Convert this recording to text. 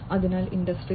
അതിനാൽ ഇൻഡസ്ട്രി 4